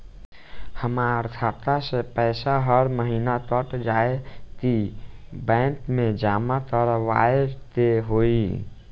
हमार खाता से पैसा हर महीना कट जायी की बैंक मे जमा करवाए के होई?